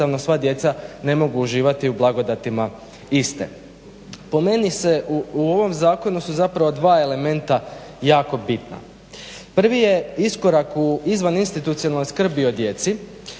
sva djeca ne mogu uživati u blagodatima iste. Po meni u ovom zakonu su zapravo dva elementa jako bitna. Prvi je iskorak u izvaninstitucionalnu skrb o djeci